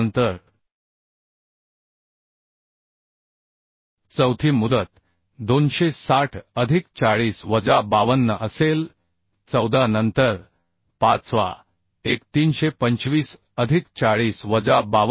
नंतर चौथी मुदत 260 अधिक 40 वजा 52 असेल 14 नंतर पाचवा एक 325 अधिक 40 वजा 52